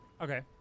Okay